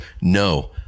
no